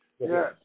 Yes